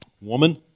Woman